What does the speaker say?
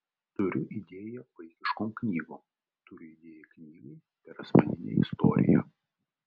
turiu idėją vaikiškom knygom turiu idėją knygai per asmeninę istoriją